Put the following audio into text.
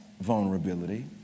vulnerability